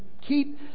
keep